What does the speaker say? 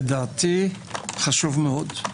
לדעתי חשוב מאוד.